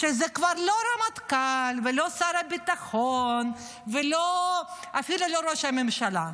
וזה כבר לא רמטכ"ל ולא שר הביטחון ואפילו לא ראש הממשלה.